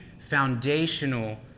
foundational